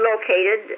located